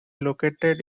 located